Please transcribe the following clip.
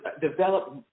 develop